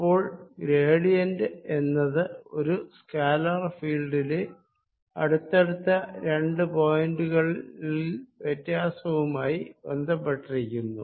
അപ്പോൾ ഗ്രേഡിയന്റ് എന്നത് ഒരു സ്കാലർ ഫീൽഡിലെ അടുത്തടുത്ത രണ്ടു പോയിന്റുകളിൽ വ്യത്യാസവുമായി ബന്ധപ്പെട്ടിരിക്കുന്നു